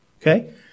Okay